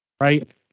right